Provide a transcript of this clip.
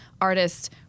artists